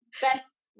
best